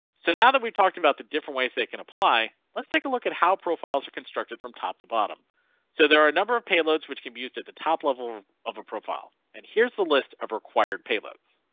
so now that we talked about the different ways they can apply let's take a look at how profiles are constructed from top to bottom so there are a number of payloads which can be used at the top level of a profile and here's the list of required payloads.